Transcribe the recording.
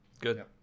good